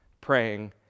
praying